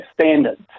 standards